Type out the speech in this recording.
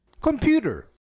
Computer